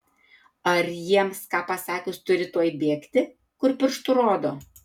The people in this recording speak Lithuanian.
ar jiems ką pasakius turi tuoj bėgti kur pirštu rodo